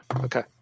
Okay